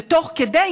ותוך כדי,